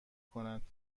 کند